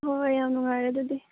ꯍꯣꯏ ꯌꯥꯝ ꯅꯨꯡꯉꯥꯏꯔꯦ ꯑꯗꯨꯗꯤ